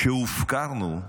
שהופקרנו,